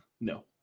No